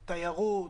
התיירות,